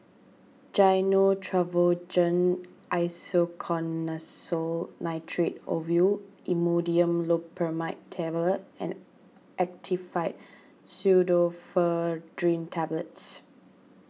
Gyno Travogen Isoconazole Nitrate Ovule Imodium Loperamide Tablets and Actifed Pseudoephedrine Tablets